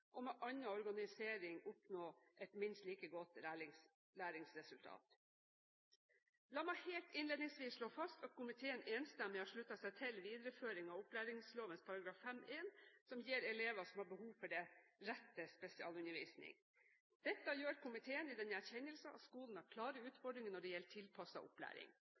og med annen organisering oppnå et minst like godt læringsresultat? La meg helt innledningsvis slå fast at komiteen enstemmig har sluttet seg til videreføring av opplæringsloven § 5-1 som gir elever som har behov for det, rett til spesialundervisning. Dette gjør komiteen i den erkjennelse at skolen har klare utfordringer når det gjelder tilpasset opplæring.